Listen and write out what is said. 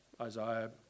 Isaiah